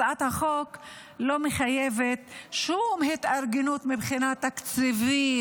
הצעת החוק לא מחייבת שום התארגנות מבחינה תקציבית.